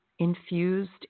infused